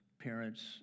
parents